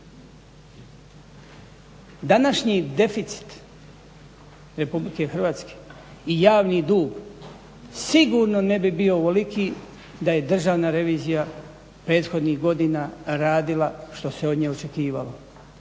Današnji deficit Republike Hrvatske i javni dug sigurno ne bi bio ovoliki da je Državna revizija prethodnih godina radila što se od nje očekivalo